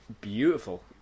beautiful